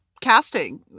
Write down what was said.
casting